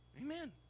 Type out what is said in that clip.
Amen